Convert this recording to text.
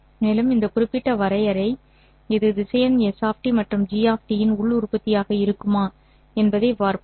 மேலும் இந்த குறிப்பிட்ட வரையறை இது திசையன் s மற்றும் g இன் உள் உற்பத்தியாக இருக்குமா என்பதைப் பார்ப்போம்